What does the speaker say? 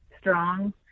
strong